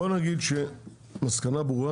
בוא נגיד שהמסקנה ברורה,